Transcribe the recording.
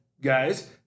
guys